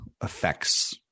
affects